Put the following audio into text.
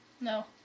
No